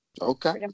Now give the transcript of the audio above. Okay